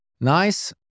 Nice